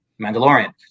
Mandalorian